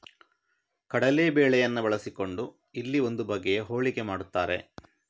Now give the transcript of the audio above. ಕಡಲೇ ಬೇಳೆಯನ್ನ ಬಳಸಿಕೊಂಡು ಇಲ್ಲಿ ಒಂದು ಬಗೆಯ ಹೋಳಿಗೆ ಮಾಡ್ತಾರೆ